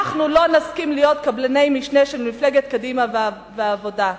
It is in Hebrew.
אנחנו לא נסכים להיות קבלני משנה של מפלגות קדימה והעבודה.